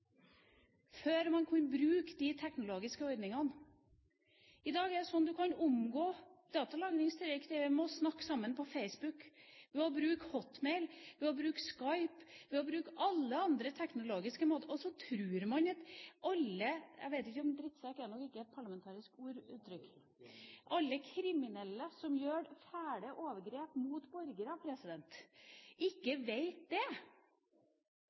før man kunne bruke de teknologiske ordningene. I dag kan man omgå datalagringsdirektivet ved å snakke sammen på Facebook, ved å bruke Hotmail, ved å bruke Skype og ved alle andre teknologiske måter. Og så tror man at alle – jeg vet ikke, men «drittsekk» er nok ikke et parlamentarisk ord? Det er det ikke. Så tror man at alle kriminelle som gjør fæle overgrep mot borgere, ikke vet det.